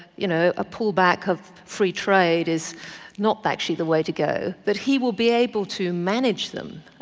you know, a pullback of free trade is not actually the way to go, that he will be able to manage them,